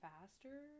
faster